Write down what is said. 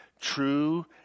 true